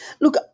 look